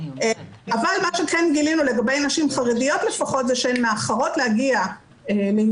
אבל מה שכן גילינו לגבי נשים חרדיות לפחות זה שהן מאחרות להגיע לאבחון,